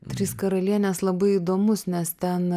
trys karalienės labai įdomus nes ten